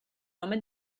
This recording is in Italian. nome